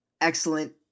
excellent